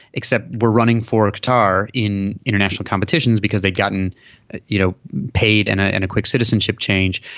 except we're running for qatar in international competitions because they've gotten you know paid and ah and a quick citizenship change.